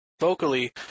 vocally